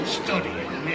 studying